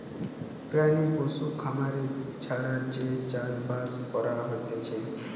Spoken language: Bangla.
প্রাণী পশু খামারি ছাড়া যে চাষ বাস করা হতিছে